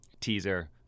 teaser